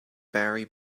barry